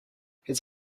his